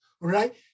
right